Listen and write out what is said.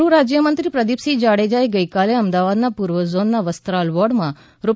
ગૃહ રાજ્યમંત્રી પ્રદીપસિંહ જાડેજાએ ગઇકાલે અમદાવાદના પૂર્વ ઝોનના વસ્ત્રાલ વોર્ડ માં રૂ